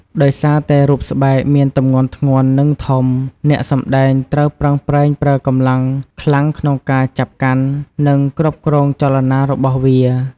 ដោយសារតែរូបស្បែកមានទម្ងន់ធ្ងន់ និងធំ អ្នកសម្តែងត្រូវប្រឹងប្រែងប្រើកម្លាំងខ្ខ្លាំងក្នុងការចាប់កាន់ និងគ្រប់គ្រងចលនារបស់វា។